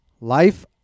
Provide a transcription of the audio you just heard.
Life